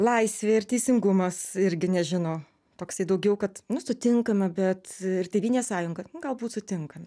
laisvė ir teisingumas irgi nežino toksai daugiau kad nu sutinkame bet ir tėvynės sąjunga nu galbūt sutinkame